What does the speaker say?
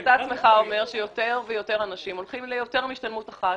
אתה עצמך אומר שיותר ויותר אנשים הולכים ליותר מהשתלמות אחת,